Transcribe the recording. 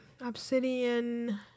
Obsidian